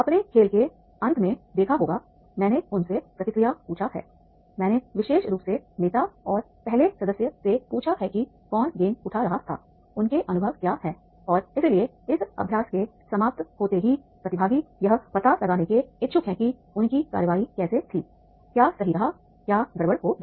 आपने खेल के अंत में देखा होगा मैंने उनसे प्रतिक्रिया पूछा है मैंने विशेष रूप से नेता और पहले सदस्य से पूछा है कि कौन गेंद उठा रहा था उनके अनुभव क्या हैं और इसलिए इस अभ्यास के समाप्त होते ही प्रतिभागी यह पता लगाने के इच्छुक हैं कि उनकी कार्रवाई कैसी थी क्या सही रहा क्या गड़बड़ हो गया